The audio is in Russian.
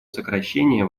сокращения